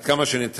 עד כמה שאפשר.